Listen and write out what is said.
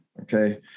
Okay